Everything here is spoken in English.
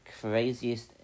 craziest